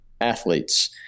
athletes